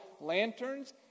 lanterns